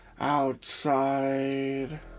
Outside